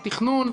התכנון,